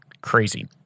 Crazy